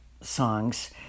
songs